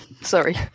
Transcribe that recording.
Sorry